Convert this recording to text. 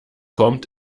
kommt